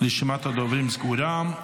רשימת הדוברים סגורה.